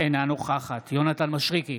אינה נוכחת יונתן מישרקי,